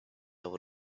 able